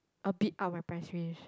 a bit out of my price range